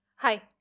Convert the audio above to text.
Hi